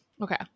Okay